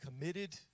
committed